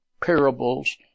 parables